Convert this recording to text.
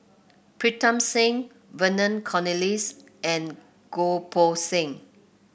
Pritam Singh Vernon Cornelius and Goh Poh Seng